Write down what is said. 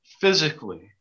physically